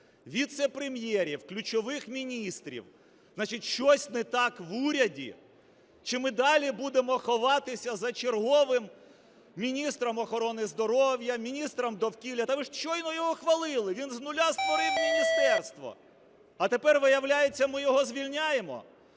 віцепрем'єрів, ключових міністрів, значить, щось не так в уряді? Чи ми далі будемо ховатися за черговим міністром охорони здоров'я, міністром довкілля? Так ви щойно його хвалили, він з нуля створив міністерство, а тепер, виявляється, ми його звільняємо.